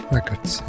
Records